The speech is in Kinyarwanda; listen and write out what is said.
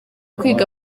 kwiga